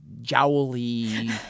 jowly